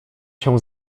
się